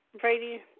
Brady